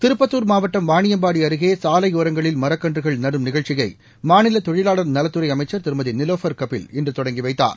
திருப்பத்துர் மாவட்டம் வாணியம்பாடி அருகே சாலையோரங்களில் மரக்கன்றுகள் நடும் நிகழ்ச்சியை மாநில தொழிலாள் நலத்துறை அமைச்ச் திருமதி நிலோபர் கபில் இன்று தொடங்கி வைத்தார்